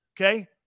Okay